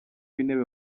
w’intebe